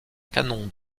canon